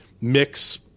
mix